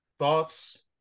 Thoughts